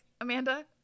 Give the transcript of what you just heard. amanda